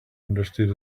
understood